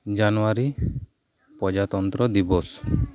ᱡᱟᱱᱩᱣᱟᱨᱤ ᱯᱚᱡᱟᱛᱚᱱᱛᱨᱚ ᱫᱤᱵᱚᱥ